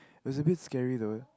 was a bit scary though